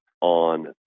on